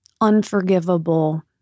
unforgivable